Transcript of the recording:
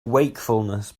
wakefulness